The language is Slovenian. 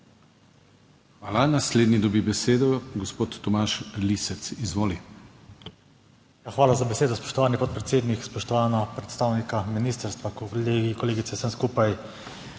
Hvala. Naslednji dobi besedo gospod Tomaž Lisec. Izvoli. TOMAŽ LISEC (PS SDS): Hvala za besedo. Spoštovani podpredsednik, spoštovana predstavnika ministrstva, kolegi, kolegice, vsem skupaj